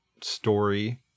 story